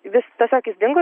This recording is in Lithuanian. vis tesiog jis dingo